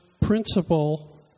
principle